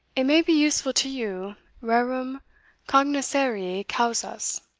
it may be useful to you reram cognoscere causas.